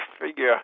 figure